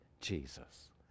Jesus